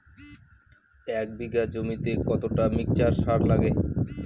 এক বিঘা জমিতে কতটা মিক্সচার সার লাগে?